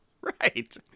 Right